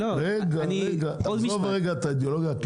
עזוב רגע את האידיאולוגיה.